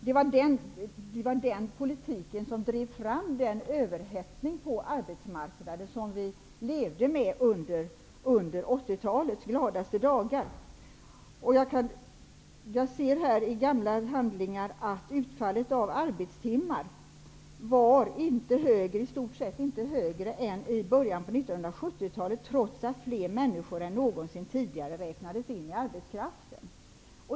Det var den politiken som drev fram den överhettning på arbetsmarknaden som vi levde med under 80-talets gladaste dagar. Jag ser här i gamla handlingar att utfallet av arbetstimmar i stort sett inte var högre än i början på 70-talet, trots att fler människor än nångonsin tidigare räknades in i arbetskraften.